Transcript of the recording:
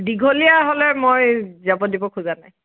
দীঘলীয়া হ'লে মই যাব দিব খোজা নাই